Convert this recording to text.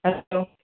hello